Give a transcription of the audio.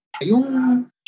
Yung